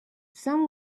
some